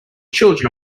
children